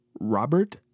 Robert